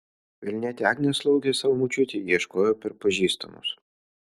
vilnietė agnė slaugės savo močiutei ieškojo per pažįstamus